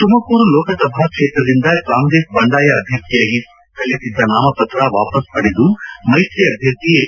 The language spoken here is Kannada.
ತುಮಕೂರು ಲೋಕಸಭಾ ಕ್ಷೇತ್ರದಿಂದ ಕಾಂಗ್ರೆಸ್ ಬಂಡಾಯ ಅಭ್ಯರ್ಥಿಯಾಗಿ ಸಲ್ಲಿಸಿದ್ದ ನಾಮಪತ್ರ ವಾಪಾಸು ಪಡೆದು ಮೈತ್ರಿ ಅಭ್ಞರ್ಥಿ ಎಚ್